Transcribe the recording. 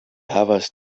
havas